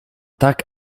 tak